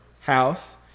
house